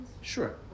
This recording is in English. Sure